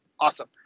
awesome